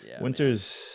Winter's